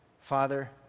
Father